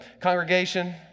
congregation